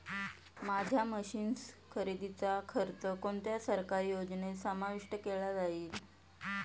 माझ्या मशीन्स खरेदीचा खर्च कोणत्या सरकारी योजनेत समाविष्ट केला जाईल?